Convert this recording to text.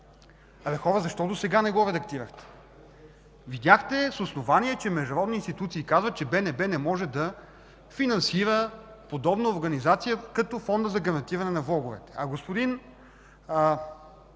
е: хора, защо досега не го редактирахте? Видяхте с основание, а и международни институции казаха, че БНБ не може да финансира подобна организация като Фонда за гарантиране на влоговете. Един